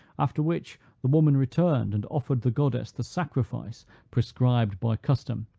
after which the woman returned and offered the goddess the sacrifice prescribed by custom,